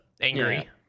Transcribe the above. angry